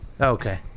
okay